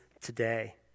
today